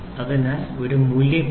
അതിനാൽ ഒരു മൂല്യം 79